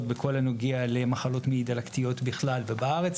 בכל הנוגע למחלות מעי דלקתיות בכלל ובארץ.